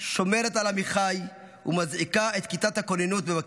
שומרת על עמיחי ומזעיקה את כיתת הכוננות במקביל.